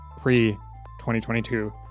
pre-2022